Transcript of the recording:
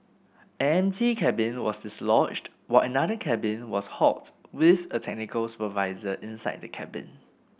an empty cabin was dislodged while another cabin was halted with a technical supervisor inside the cabin